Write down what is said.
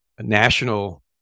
national